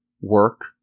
work